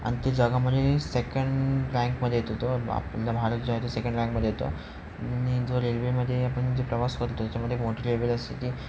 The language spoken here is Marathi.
आणि ते जगामध्ये सेकंड रँकमध्ये येतो तो आपला भारत जो आहे तो सेकंड रँकमध्ये येतो आणि जो रेल्वेमध्ये आपण जो प्रवास करतो त्याच्यामध्ये मोठी रेल्वे असते ती